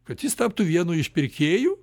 kad jis taptų vienu iš pirkėjų